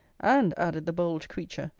and, added the bold creature,